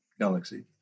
galaxy